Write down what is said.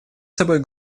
собой